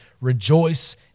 Rejoice